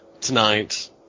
tonight